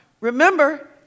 remember